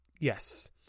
Yes